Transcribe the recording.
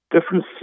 Different